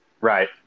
Right